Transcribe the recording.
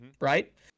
right